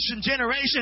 generation